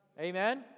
Amen